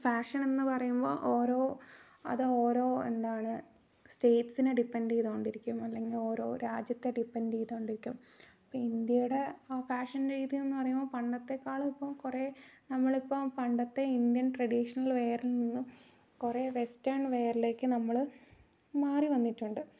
ഫാഷനെന്ന് പറയുമ്പോൾ ഓരോ അത് ഓരോ എന്താണ് സ്റ്റേറ്റ്സിനെ ഡിപ്പെെൻഡെയ്തോണ്ടിരിക്കും അല്ലെങ്കിൽ ഓരോ രാജ്യത്തെ ഡിപ്പെെൻഡെയ്തോണ്ടിരിക്കും ഇപ്പം ഇന്ത്യയുടെ ഫാഷൻ രീതി എന്ന് പറയുമ്പോൾ പണ്ടത്തെേക്കാളും ഇപ്പം കുറെ നമ്മളിപ്പം പണ്ടത്തെ ഇന്ത്യൻ ട്രഡീഷണൽ വെയറിൽ നിന്നും കുറെ വെസ്റ്റേൺ വെയറിലേക്ക് നമ്മൾ മാറി വന്നിട്ടുണ്ട്